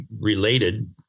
related